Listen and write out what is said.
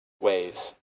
ways